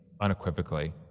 unequivocally